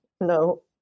no